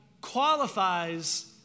qualifies